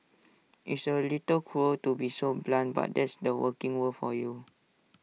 it's A little cruel to be so blunt but that's the working world for you